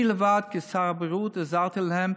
אני לבד כשר הבריאות עזרתי להם.